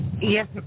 Yes